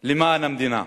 למען המדינה.